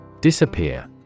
Disappear